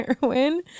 heroin